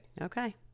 okay